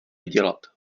dělat